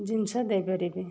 ଜିନିଷ ଦେଇ ପାରିବି